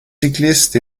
cyclistes